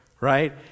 Right